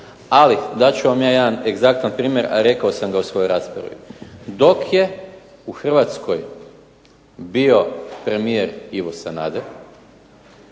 Ali dat ću vam ja jedan egzaktan primjer, a rekao sam ga u svojoj raspravi. Dok je u Hrvatskoj bio premijer Ivo Sanader,